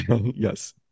Yes